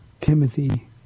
Timothy